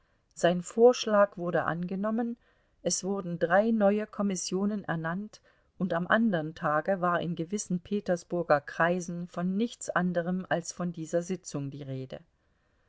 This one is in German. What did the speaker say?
sein vorschlag wurde angenommen es wurden drei neue kommissionen ernannt und am andern tage war in gewissen petersburger kreisen von nichts anderem als von dieser sitzung die rede